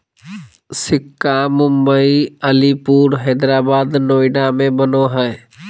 सिक्का मुम्बई, अलीपुर, हैदराबाद, नोएडा में बनो हइ